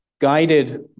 Guided